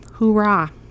Hoorah